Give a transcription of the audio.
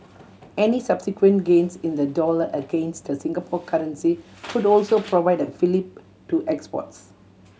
any subsequent gains in the dollar against the Singapore currency could also provide a fillip to exports